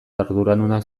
arduradunak